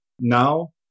now